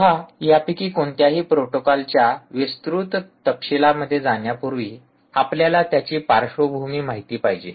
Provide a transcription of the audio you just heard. पहा यापैकी कोणत्याही प्रोटोकॉलच्या विस्तृत तपशिलामध्ये जाण्यापूर्वी आपल्याला त्याची पार्श्वभूमी माहिती पाहिजे